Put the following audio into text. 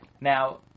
Now